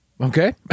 Okay